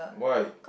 why